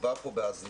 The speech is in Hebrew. מדובר פה בהזנחה,